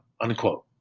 unquote